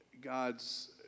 God's